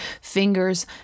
fingers